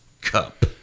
Cup